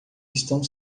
estão